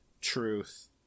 truth